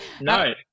No